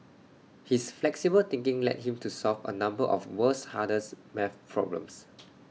his flexible thinking led him to solve A number of world's hardest math problems